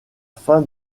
fin